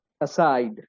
aside